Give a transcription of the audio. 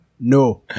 No